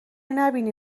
نبینی